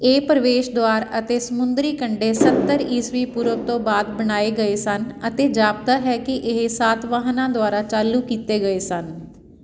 ਇਹ ਪ੍ਰਵੇਸ਼ ਦੁਆਰ ਅਤੇ ਸਮੁੰਦਰੀ ਕੰਢੇ ਸੱਤਰ ਈਸਵੀ ਪੂਰਵ ਤੋਂ ਬਾਅਦ ਬਣਾਏ ਗਏ ਸਨ ਅਤੇ ਜਾਪਦਾ ਹੈ ਕਿ ਇਹ ਸਾਤਵਾਹਨਾਂ ਦੁਆਰਾ ਚਾਲੂ ਕੀਤੇ ਗਏ ਸਨ